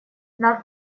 нам